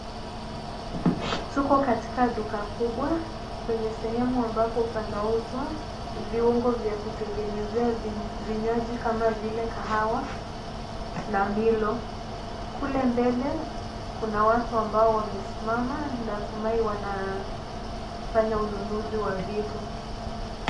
Tuko katika duka kubwa kwenye sehemu ambapo panauzwa viungo vya kutengenezea vinywaji kama kahawa na Milo. Kule mbele kuna watu ambao wamesimama natumai wanafanya ununuzi wa vitu.